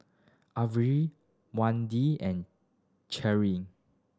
Elvi and Cherry